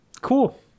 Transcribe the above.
cool